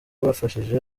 bafashije